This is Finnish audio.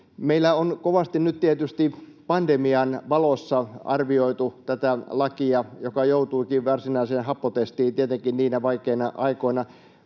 Meillä on kovasti nyt tietysti pandemian valossa arvioitu tätä lakia, joka joutuikin varsinaiseen happotestiin tietenkin niinä vaikeina aikoina.